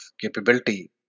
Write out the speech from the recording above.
capability